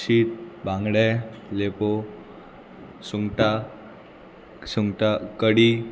शीत बांगडे लेपो सुंगटां सुंगटां कडी